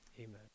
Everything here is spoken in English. Amen